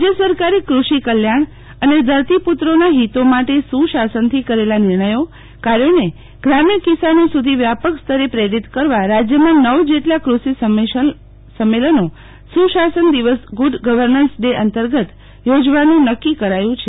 રાજ્ય સરકારે કૃષિ કલ્યાણ અને ધરતીપુત્રોના હિતો માટે સુશાસન થી કરેલા નિર્ણયો કાર્યોને ગરમીન કિસાનો સુધી વ્યાપક સ્તરે પ્રેરિત કરવા રાજ્યમાં નવ જેટલા કૃષિ સંમેલનો સુશાસન દિવસ ગુડ ગવર્નન્સ ડે અંતર્ગત યોજવાનું નક્કી કરાયું છે